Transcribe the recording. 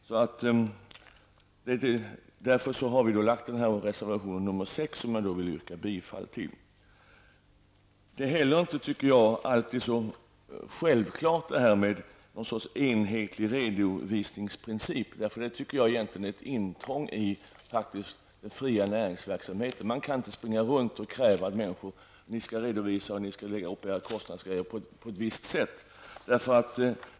Det är därför som vi reservanter har avgett reservation nr 6, som jag här yrkar bifall till. Jag tycker inte heller att det alltid är så självklart med en enhetlig redovisningsprincip. Det är egentligen ett intrång i den fria näringsverksamheten. Man kan inte springa runt och kräva att människor skall redovisa sina kostnader på ett visst sätt.